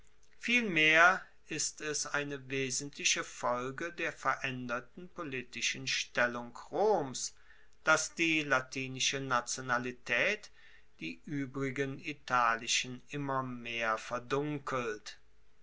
vielmehr ist es eine wesentliche folge der veraenderten politischen stellung roms dass die latinische nationalitaet die uebrigen italischen immer mehr verdunkelt